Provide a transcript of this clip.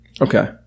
Okay